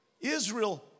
Israel